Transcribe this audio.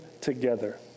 together